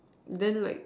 then like